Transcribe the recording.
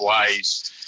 ways